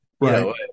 right